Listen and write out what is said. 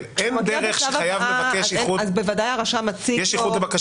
כשהוא מגיע בצו הבאה אז בוודאי הרשם מציג לו.